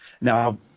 Now